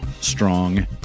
strong